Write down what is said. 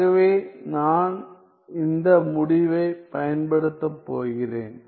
ஆகவே நான் இந்த முடிவைப் பயன்படுத்தப் போகிறேன்